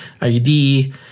ID